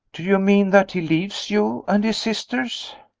do you mean that he leaves you and his sisters?